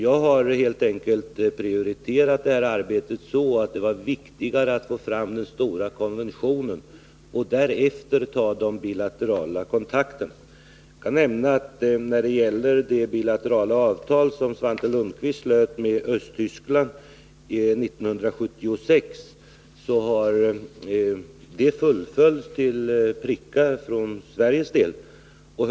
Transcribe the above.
Jag har helt enkelt ansett det viktigast att få fram den stora konventionen för att därefter ta de bilaterala kontakterna. Jag kan beträffande det bilaterala avtal som Svante Lundkvist 1976 slöt med Östtyskland nämna att det avtalet för Sveriges del följts till punkt och pricka.